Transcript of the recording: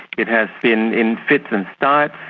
it has been in fits and starts,